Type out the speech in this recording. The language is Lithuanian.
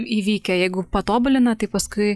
įvykę jeigu patobulina tai paskui